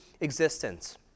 existence